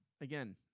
Again